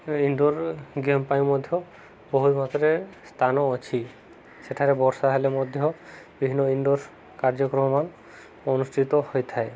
indoor game ପାଇଁ ମଧ୍ୟ ବହୁତ ମାତ୍ରାରେ ସ୍ଥାନ ଅଛି ସେଠାରେ ବର୍ଷା ହେଲେ ମଧ୍ୟ ବିଭିନ୍ନ ଇନ୍ଡୋର୍ କାର୍ଯ୍ୟକ୍ରମ ଅନୁଷ୍ଠିତ ହୋଇଥାଏ